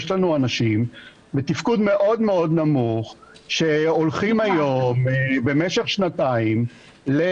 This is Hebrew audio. יש לנו אנשים בתפקוד מאוד מאוד נמוך שהולכים היום במשך שנתיים גם